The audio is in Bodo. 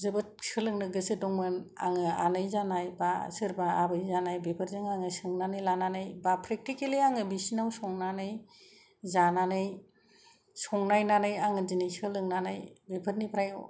जोबोद सोलोंनो गोसो दंमोन आङो आनै जानाय बा सोरबा आबै जानाय बिसोरजों सोंनानै लानानै प्रेकटेकेलि आङो बिसोरनाव संनानै जानानै संनायनानै आङो दिनै सोलोंनानै बेरफोरनिफ्राय